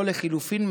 או לחלופין,